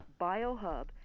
Biohub